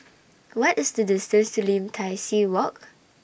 What IS The distance to Lim Tai See Walk